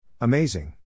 Amazing